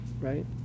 right